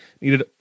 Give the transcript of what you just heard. needed